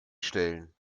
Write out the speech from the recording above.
stellen